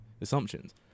assumptions